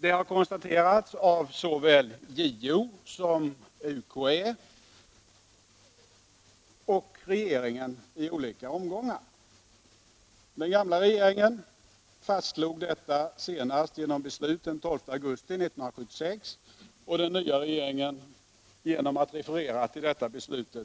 Det har konstaterats av såväl JO och UKÄ som regeringen i olika omgångar. Den gamla regeringen fastslog detta senast genom beslut den 12 augusti 1976 och den nya regeringen genom att referera till detta beslut